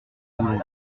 voulons